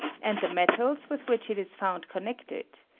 and the metals with which it is found connected,